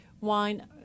wine